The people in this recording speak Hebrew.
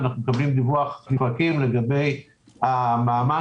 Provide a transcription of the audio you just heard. אנחנו מקבלים דיווח לפרקים לגבי המאמץ